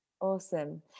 awesome